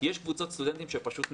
יש קבוצות סטודנטים שפשוט נעלמו,